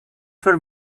for